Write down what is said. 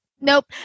Nope